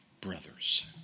brothers